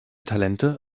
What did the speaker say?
talente